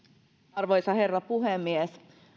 arvoisa herra puhemies